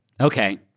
Okay